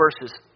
verses